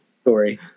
story